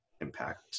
impact